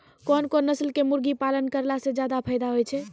कोन कोन नस्ल के मुर्गी पालन करला से ज्यादा फायदा होय छै?